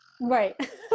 right